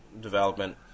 development